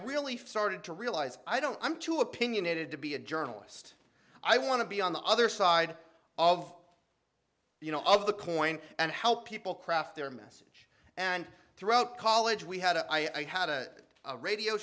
really farted to realize i don't i'm too opinionated to be a journalist i want to be on the other side of you know of the coin and how people craft their message and throughout college we had a i had a radio